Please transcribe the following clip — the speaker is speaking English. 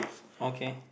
okay